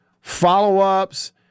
follow-ups